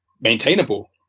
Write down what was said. maintainable